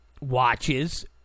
watches